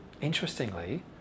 interestingly